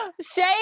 Shay